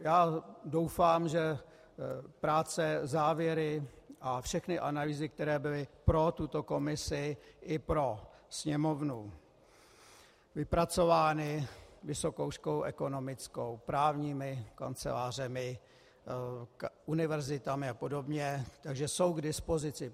Já doufám, že práce, závěry a všechny analýzy, které byly pro tuto komisi i pro Sněmovnu vypracovány Vysokou školou ekonomickou, právními kancelářemi, univerzitami a podobně, jsou k dispozici.